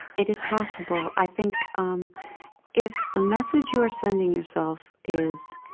it is possible. i think um if the message you are sending yourself is